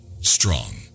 strong